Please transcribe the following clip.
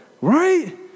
Right